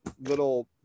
little